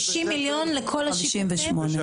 כלומר 58 מיליון שקל לשיפוצים לכל מדינת ישראל.